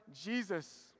Jesus